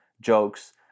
jokes